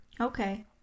Okay